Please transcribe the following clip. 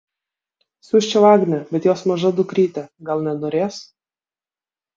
siųsčiau agnę bet jos maža dukrytė gal nenorės